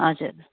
हजुर